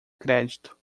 crédito